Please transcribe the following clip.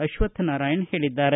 ಅಶ್ವಕ್ಷನಾರಾಯಣ ಹೇಳಿದ್ದಾರೆ